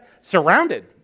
surrounded